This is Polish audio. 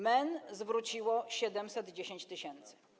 MEN zwróciło 710 tys.